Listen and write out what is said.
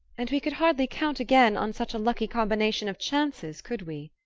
and we could hardly count again on such a lucky combination of chances, could we?